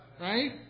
Right